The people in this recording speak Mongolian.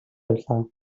явлаа